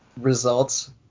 results